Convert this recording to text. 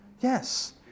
Yes